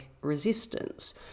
resistance